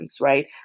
right